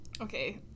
Okay